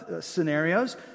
scenarios